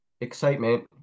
excitement